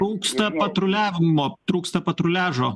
trūksta patruliavimo trūksta patruliažo